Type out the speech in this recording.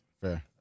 Fair